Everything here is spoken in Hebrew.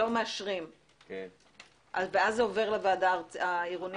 זה עובר לוועדה העירונית?